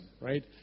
right